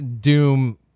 Doom